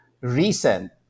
recent